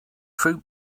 fruit